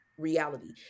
Reality